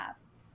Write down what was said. apps